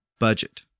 budget